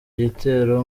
gitero